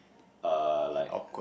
uh like